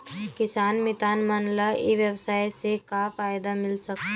किसान मितान मन ला ई व्यवसाय से का फ़ायदा मिल सकथे?